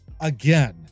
again